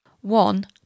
One